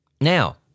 Now